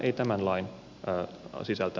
ei tämän lain sisältämä asia